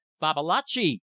Babalatchi